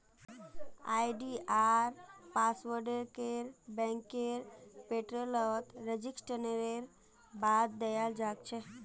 आई.डी.आर पासवर्डके बैंकेर पोर्टलत रेजिस्ट्रेशनेर बाद दयाल जा छेक